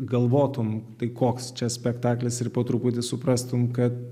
galvotum tai koks čia spektaklis ir po truputį suprastum kad